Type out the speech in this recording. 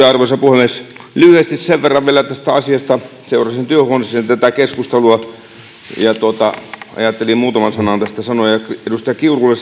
arvoisa puhemies lyhyesti sen verran vielä tästä asiasta seurasin työhuoneessani tätä keskustelua ja ajattelin muutaman sanan tästä sanoa edustaja kiurulle